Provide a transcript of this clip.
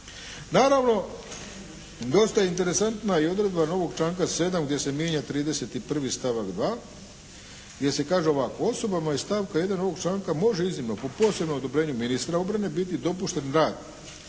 Naravno, dosta je interesantna i odredba novog članka 7. gdje se mijenja 31. stavak 2. gdje se kaže ovako, osobama iz stavka 1. ovog članka može iznimno po posebno odobrenjem ministra obrane biti dopušten rad